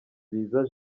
ibiza